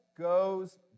goes